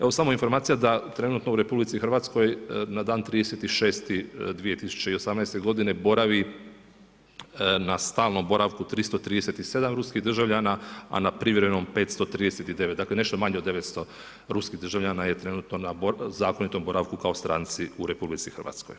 Evo samo informacija da trenutno u RH na dan 30.6.2018. g. boravi na stalnom boravku 337 ruskih državljana a na privremenom 539, dakle nešto manje od 900 ruskih državljana je trenutno na zakonitom boravku kao stranci u RH.